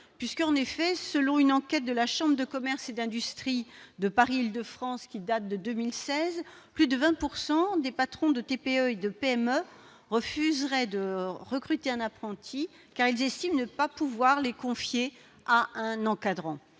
En effet, selon une enquête de la chambre de commerce et d'industrie Paris Île-de-France de 2016, plus de 20 % des patrons de TPE et de PME refusent de recruter un apprenti, car ils estiment ne pas pouvoir le confier à un encadrant.